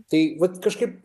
tai vat kažkaip